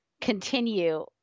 continue